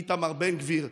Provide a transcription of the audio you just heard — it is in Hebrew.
איתמר בן גביר,